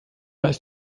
ist